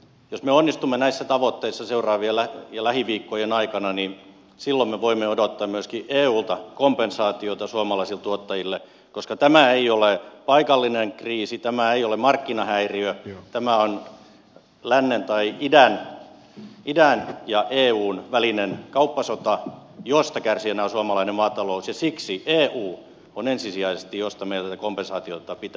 jos me onnistumme näissä tavoitteissa lähiviikkojen aikana niin silloin me voimme odottaa myöskin eulta kompensaatiota suomalaisille tuottajille koska tämä ei ole paikallinen kriisi tämä ei ole markkinahäiriö vaan tämä on idän ja eun välinen kauppasota josta kärsijänä on suomalainen maatalous ja siksi eu on ensisijaisesti se taho josta meidän tätä kompensaatiota pitää hakea